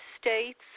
states